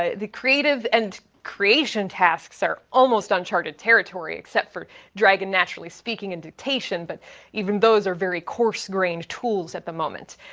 ah the creative and creation tasks are almost uncharted territory except for dragon naturally speaking and dictation. but even those are very coarse grained tools at the moment.